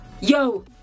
yo